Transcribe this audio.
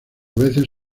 veces